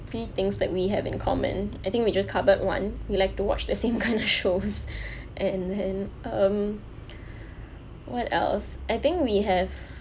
three things that we have in common I think we just covered one we like to watch the same kind of shows and and um what else I think we have